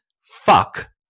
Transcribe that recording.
fuck